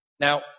Now